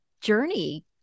journey